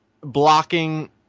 blocking –